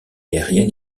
aérienne